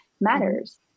matters